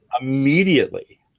immediately